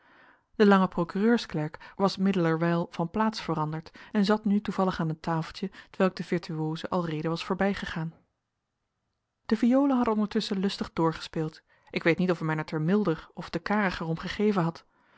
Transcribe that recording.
de lange procureursklerk was middelerwijl van plaats veranderd en zat nu toevallig aan een tafeltje t welk de virtuoze alreede was voorbijgegaan de violen hadden ondertusschen lustig doorgespeeld ik weet niet of men er te milder of te kariger om gegeven had